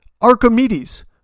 Archimedes